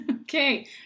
okay